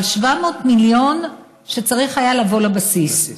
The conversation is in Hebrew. אבל 700 מיליון היו צריכים לבוא לבסיס.